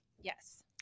Yes